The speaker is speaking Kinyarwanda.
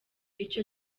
ico